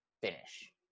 finish